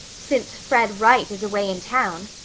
since fred wright is away in town,